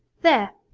there,